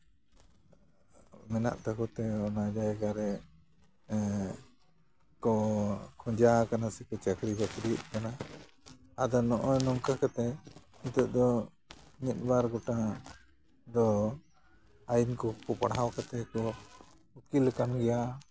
ᱢᱮᱱᱟᱜ ᱛᱟᱠᱚ ᱛᱮ ᱚᱱᱟ ᱡᱟᱭᱜᱟ ᱨᱮ ᱠᱚ ᱠᱷᱚᱡᱟ ᱟᱠᱟᱱᱟ ᱥᱮᱠᱚ ᱪᱟᱹᱠᱨᱤ ᱵᱟᱹᱠᱨᱤᱭᱮᱛ ᱠᱟᱱᱟ ᱟᱫᱚ ᱱᱚᱜᱼᱚᱭ ᱱᱚᱝᱠᱟ ᱠᱟᱛᱮ ᱱᱤᱛᱳᱜ ᱫᱚ ᱢᱤᱫᱼᱵᱟᱨ ᱜᱚᱴᱟᱝ ᱫᱚ ᱟᱭᱤᱱ ᱠᱚ ᱯᱟᱲᱦᱟᱣ ᱠᱟᱛᱮ ᱠᱚ ᱩᱠᱤᱞᱟᱠᱟᱱ ᱜᱮᱭᱟ